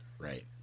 Right